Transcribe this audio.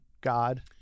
God